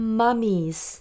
mummies